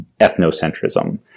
ethnocentrism